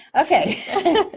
Okay